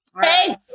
Hey